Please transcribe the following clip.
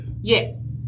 Yes